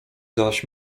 zaś